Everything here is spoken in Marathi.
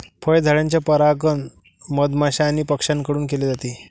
फळझाडांचे परागण मधमाश्या आणि पक्ष्यांकडून केले जाते